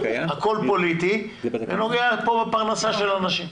הכול פוליטי וזה נוגע פה בפרנסה של אנשים,